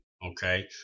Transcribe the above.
Okay